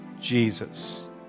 Jesus